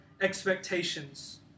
expectations